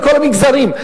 בכל המגזרים,